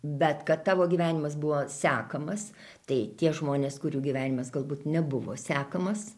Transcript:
bet kad tavo gyvenimas buvo sekamas tai tie žmonės kurių gyvenimas galbūt nebuvo sekamas